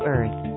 Earth